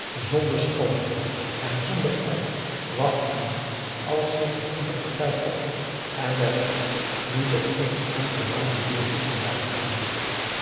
zonder schoonheid en zonder geld wacht men niet als zich een goede partij opdoet en de rechte nu toch eens en voor al de deur is voorbijgegaan